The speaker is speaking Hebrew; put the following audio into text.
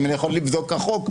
אם אני יכול לבדוק את החוק,